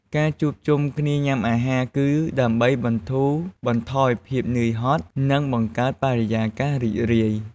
ការមកជុំគ្នាញ៉ាំអាហារ គឺដើម្បីបន្ធូរបន្ថយភាពនឿយហត់ និងបង្កើតបរិយាកាសរីករាយ។